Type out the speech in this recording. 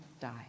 die